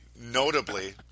notably